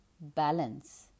balance